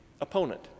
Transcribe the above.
opponent